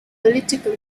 political